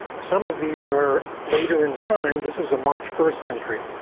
some of these are later in time. this is a march first entry.